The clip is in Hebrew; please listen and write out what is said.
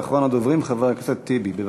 ואחרון הדוברים, חבר הכנסת טיבי, בבקשה.